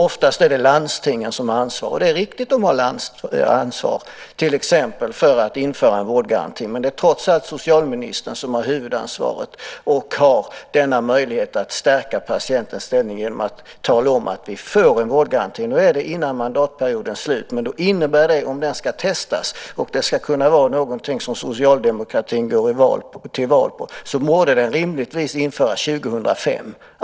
Oftast är det landstingen som har ansvaret. Ja, det är riktigt att de har ansvar till exempel för införandet av en vårdgaranti. Men trots allt är det socialministern som har huvudansvaret och som har möjlighet att stärka patientens ställning genom att säga: Vi är för en vårdgaranti. Nu talas det om före mandatperiodens slut. Men om vårdgarantin ska testas och kunna vara något som Socialdemokraterna går till val på borde den rimligtvis införas 2005.